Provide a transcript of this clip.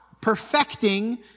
perfecting